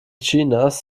chinas